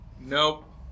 Nope